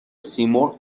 سیمرغ